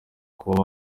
kuba